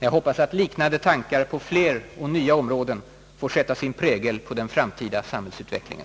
Jag hoppas att liknande tankar på fler och nya områden får sätta sin prägel på den framtida samhällsutvecklingen.